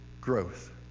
growth